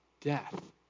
Death